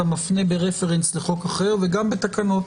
אתה מפנה ברפרנס לחוק אחר וגם בתקנות.